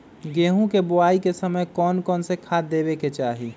गेंहू के बोआई के समय कौन कौन से खाद देवे के चाही?